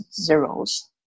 zeros